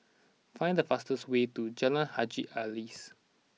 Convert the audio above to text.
find the fastest way to Jalan Haji Alias